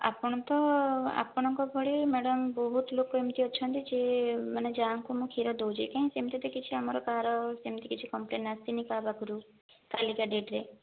ଆପଣ ତ ଆପଣଙ୍କ ଭଳି ମାଡ଼ାମ ବହୁତଲୋକ ଏମିତି ଅଛନ୍ତି ଯେ ମାନେ ଯାହାକୁ ମୁଁ କ୍ଷୀର ଦେଉଛି କାଇଁ ସେମିତି ତ କିଛି ଆମର କାହାର ସେମିତି କିଛି କମ୍ପ୍ଲେନ ଆସିନି କାହାପାଖରୁ କାଲିକା ଡେଟ୍ ରେ